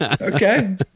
Okay